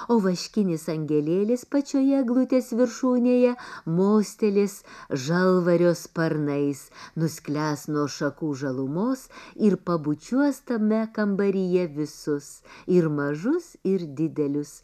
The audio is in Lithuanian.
o vaškinis angelėlis pačioje eglutės viršūnėje mostelės žalvario sparnais nusklęs nuo šakų žalumos ir pabučiuos tame kambaryje visus ir mažus ir didelius